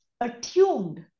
attuned